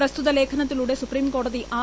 പ്രസ്തുത ലേഖനത്തിലൂടെ സൂപ്പീം കോടതി ആർ